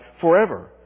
forever